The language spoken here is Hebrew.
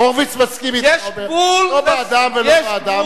הורוביץ מסכים אתך, אומר, לא בעדם ולא בעדם.